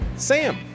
Sam